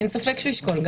אין ספק שישקול,